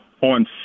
On